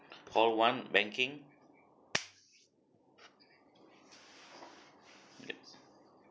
call one banking yup